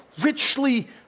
richly